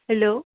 hello